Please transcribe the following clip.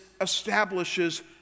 establishes